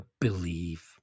believe